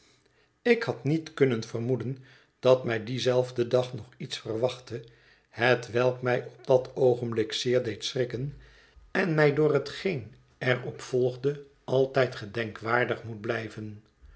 ik had niet kunnen vermoeden dat mij dien zelfden dag nog iets verwachtte hetwelk mij op dat oogenblik zeer deed schrikken en mij door hetgeen er op volgde altijd gedenkwaardig moet blijven